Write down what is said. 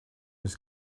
was